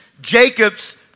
Jacob's